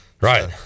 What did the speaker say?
Right